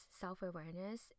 self-awareness